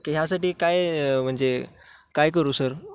की ह्यासाठी काय म्हणजे काय करू सर